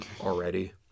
already